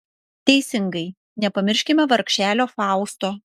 teisingai nepamirškime vargšelio fausto